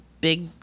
big